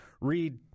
read